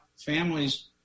families